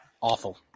Awful